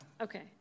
Okay